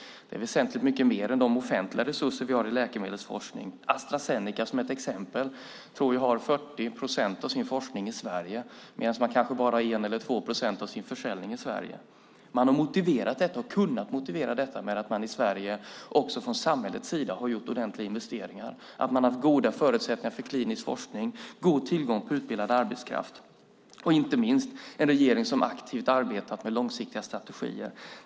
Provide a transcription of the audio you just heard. Det är väsentligt mycket mer än de offentliga resurser vi satsar i läkemedelsforskningen. Som exempel kan nämnas Astra Zeneca, som jag tror har 40 procent av sin forskning i Sverige medan endast 1 eller 2 procent av försäljning finns här. Det har kunnat motiveras med att man i Sverige, också från samhällets sida, gjort ordentliga investeringar, att det funnits goda förutsättningar för klinisk forskning och god tillgång på utbildad arbetskraft. Inte minst har vi haft en regering som aktivt arbetat med långsiktiga strategier.